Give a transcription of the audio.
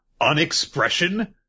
unexpression